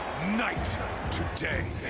night to day!